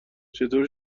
چطور